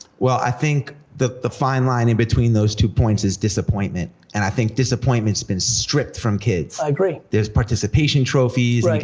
well, i think that the fine line in between those two points is disappointment, and i think disappointment's been stripped from kids. i agree. there's participation trophies, like